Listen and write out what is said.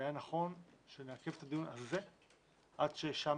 שהיה נכון שנעכב את הדיון הזה עד ששם